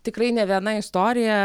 tikrai ne viena istorija